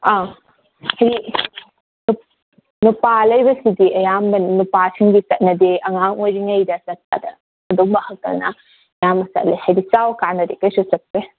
ꯑꯥ ꯁꯤ ꯅꯨꯄꯥ ꯂꯩꯕꯁꯤꯗꯤ ꯑꯌꯥꯝꯕꯅ ꯅꯨꯄꯥꯁꯤꯡꯗꯤ ꯆꯠꯅꯗꯦ ꯑꯉꯥꯡ ꯑꯣꯏꯔꯤꯉꯩꯗ ꯆꯠꯄꯗ ꯑꯗꯨꯝꯕ ꯈꯛꯇꯗꯅ ꯑꯌꯥꯝꯕ ꯆꯠꯂꯦ ꯍꯥꯏꯗꯤ ꯆꯥꯎꯔꯀꯥꯟꯗꯗꯤ ꯀꯩꯁꯨ ꯆꯠꯇꯦ